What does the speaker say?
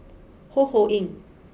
Ho Ho Ying